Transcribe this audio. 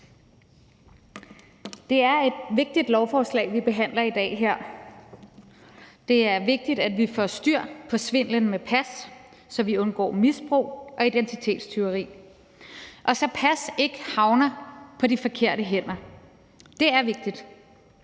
Det er et vigtigt lovforslag, vi behandler her i dag. Det er vigtigt, at vi får styr på svindelen med pas, så vi undgår misbrug og identitetstyveri, og så pas ikke havner i de forkerte hænder. Det er vigtigt.